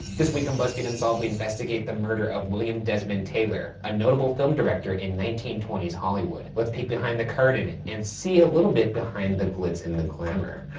this week on buzzfeed unsolved, we investigate the murder of william desmond taylor, a notable film director in nineteen twenty s hollywood. let's peek behind the curtain and see a little bit behind the glitz and the glamour.